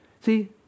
See